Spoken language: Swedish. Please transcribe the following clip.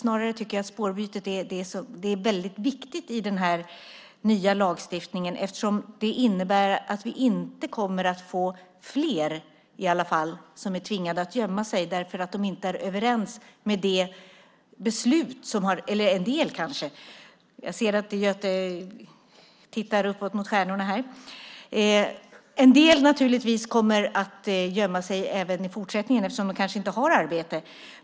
Snarare tycker jag att spårbytet är väldigt viktigt i den nya lagstiftningen, eftersom det innebär att vi i alla fall inte kommer att få fler som är tvingade att gömma sig därför att de inte är överens med ett beslut. Jag ser att Göte tittar uppåt mot stjärnorna. Visst, en del kommer naturligtvis att gömma sig även i fortsättningen, eftersom de kanske inte har arbete.